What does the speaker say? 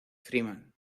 freeman